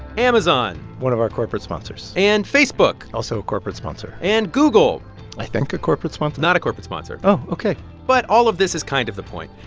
amazon. one of our corporate sponsors. and facebook. also a corporate sponsor. and google i think a corporate sponsor not a corporate sponsor oh, ok but all of this is kind of the point.